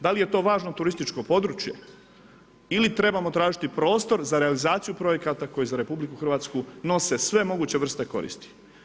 Da li je to važno turističko područje ili trebamo tražiti prostor za realizaciju projekata koji za RH nose sve moguće vrste koristi.